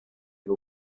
ago